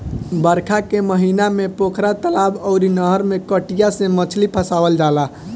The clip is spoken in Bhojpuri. बरखा के महिना में पोखरा, तलाब अउरी नहर में कटिया से मछरी फसावल जाला